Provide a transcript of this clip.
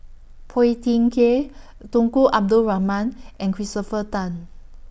Phua Thin Kiay Tunku Abdul Rahman and Christopher Tan